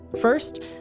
First